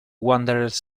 wanderers